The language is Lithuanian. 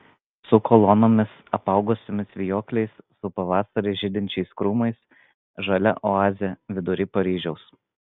su kolonomis apaugusiomis vijokliais su pavasarį žydinčiais krūmais žalia oazė vidury paryžiaus